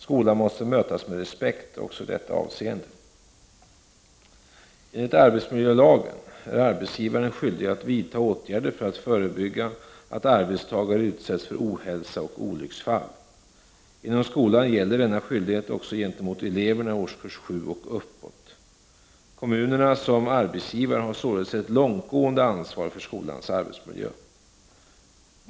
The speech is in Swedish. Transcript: Skolan måste mötas med respekt också i detta avseende. Enligt arbetsmiljölagen är arbetsgivaren skyldig att vidta åtgärder för att förebygga att arbetstagare utsätts för ohälsa och olycksfall. Inom skolan gäller denna skyldighet också gentemot eleverna i årskurs 7 och uppåt. Kommunerna som arbetsgivare har således ett långtgående ansvar för skolans arbetsmiljö.